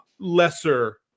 lesser